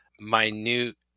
minute